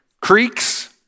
Creeks